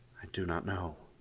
i do not know.